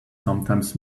sometimes